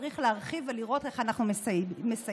וצריך להרחיב ולראות איך אנחנו מסייעים.